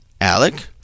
Alec